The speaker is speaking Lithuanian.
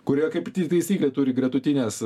kurie kaip taisyklė turi gretutines